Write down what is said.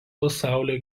pasaulio